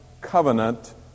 covenant